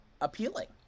appealing